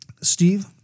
Steve